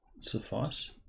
suffice